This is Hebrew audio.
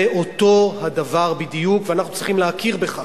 זה אותו הדבר בדיוק, ואנחנו צריכים להכיר בכך.